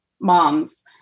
moms